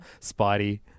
Spidey